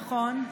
נכון.